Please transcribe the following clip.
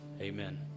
Amen